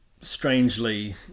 strangely